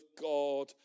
God